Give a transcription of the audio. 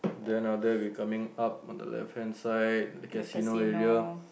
then after that we coming up on the left hand side the casino area